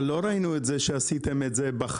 אבל לא ראינו כשעשיתם את זה בחלב,